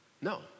No